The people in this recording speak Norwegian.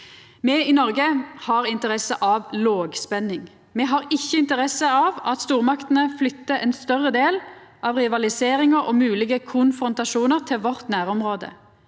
Me i Noreg har interesse av lågspenning. Me har ikkje interesse av at stormaktene flytter ein større del av rivaliseringar og moglege konfrontasjonar til vårt nærområde,